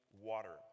water